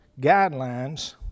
guidelines